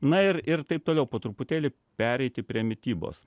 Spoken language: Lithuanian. na ir ir taip toliau po truputėlį pereiti prie mitybos